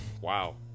Wow